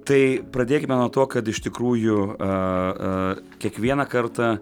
tai pradėkime nuo to kad iš tikrųjų a a kiekvieną kartą